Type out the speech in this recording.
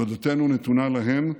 תודתנו נתונה להם.